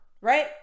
right